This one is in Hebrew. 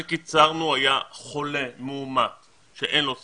שקיצרנו היה, חולה מאומת שאין לו סימפטומים,